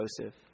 Joseph